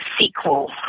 sequel